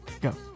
Go